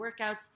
workouts